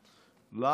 לך בהצלחה.